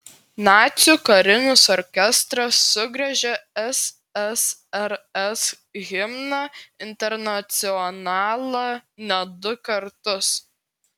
nacių karinis orkestras sugriežė ssrs himną internacionalą net du kartus